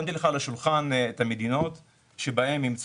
שמתי לך על השולחן את המדינות שבהן אימצו